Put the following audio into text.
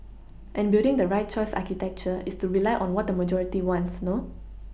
and building the right choice architecture is to rely on what the majority wants no